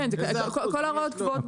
כל ההוראות קבועות בחוק,